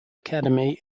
academy